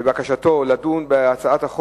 אבל זה מופיע, הוא לא הספיק לעשות את זה,